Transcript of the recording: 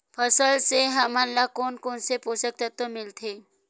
फसल से हमन ला कोन कोन से पोषक तत्व मिलथे?